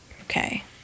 Okay